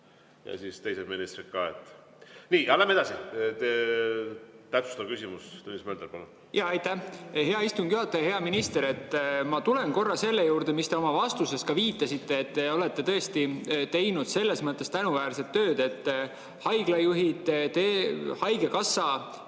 ja siis teised ministrid ka. Nii, läheme edasi. Täpsustav küsimus, Tõnis Mölder, palun! Aitäh, hea istungi juhataja! Hea minister! Ma tulen korra selle juurde, millele te oma vastuses ka viitasite. Te olete tõesti teinud selles mõttes tänuväärset tööd, et haiglajuhid, haigekassa